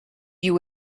you